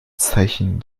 zeichen